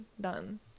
done